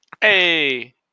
Hey